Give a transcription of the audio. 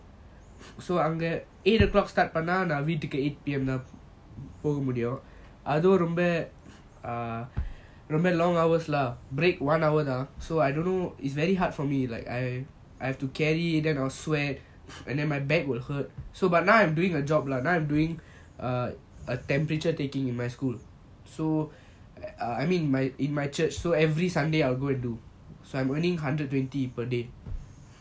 so அங்க:anga eight o'clock start நான் வீட்டுக்கு:naan veetuku eight P_M தான் போக முடியும்:thaan poga mudiyum ah long hours lah break one hour lah so I don't know it's very hard for me like I I have to carry then I will sweat and then my back will hurt so but now I'm doing a job lah now I'm doing a a temperature taking in my school so uh I mean my in my church so every sunday I will go and do so I'm earning hundred and twenty per day